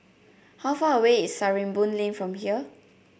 how far away is Sarimbun Lane from here